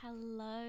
Hello